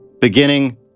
Beginning